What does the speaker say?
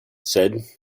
said